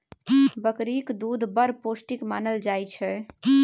बकरीक दुध बड़ पौष्टिक मानल जाइ छै